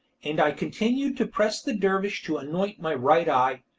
and i continued to press the dervish to anoint my right eye,